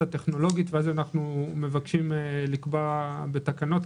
הטכנולוגית ואז אנחנו מבקשים לקבוע בתקנות,